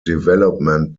development